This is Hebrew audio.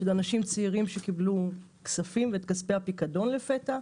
שאלה אנשים צעירים שקיבלו כספים ואת כספי הפיקדון לפתע,